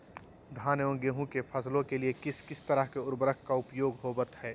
धान एवं गेहूं के फसलों के लिए किस किस तरह के उर्वरक का उपयोग होवत है?